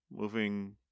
Moving